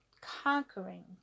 conquering